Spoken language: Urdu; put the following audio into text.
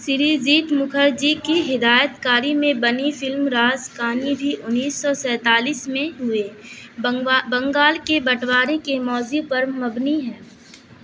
سیری زیت مکھرجی کی ہدایت کاری میں بنی فلم رازکانی بھی انیس سو سینتالیس میں ہوئے نگال بنگال کے بٹوارے کے موضوع پر مبنی ہے